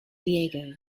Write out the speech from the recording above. diego